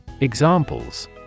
Examples